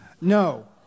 No